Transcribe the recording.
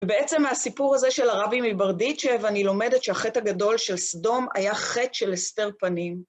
ובעצם מהסיפור הזה של הרבי מברדיצ'ה ואני לומדת שהחטא הגדול של סדום היה חטא של הסתר פנים.